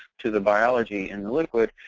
to the biology in the liquid,